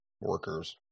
workers